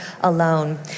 alone